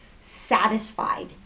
satisfied